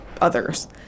others